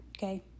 Okay